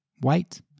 white